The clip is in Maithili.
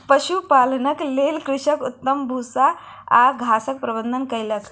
पशुपालनक लेल कृषक उत्तम भूस्सा आ घासक प्रबंध कयलक